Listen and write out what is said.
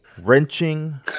wrenching